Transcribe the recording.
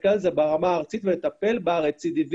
להסתכל על זה ברמה הארצית ולטפל ברצידיביסטים,